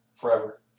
Forever